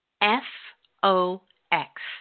F-O-X